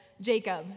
Jacob